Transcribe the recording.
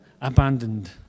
abandoned